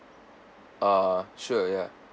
ah sure yeah